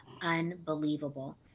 unbelievable